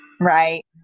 Right